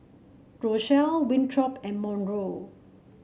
Rochelle Winthrop and Monroe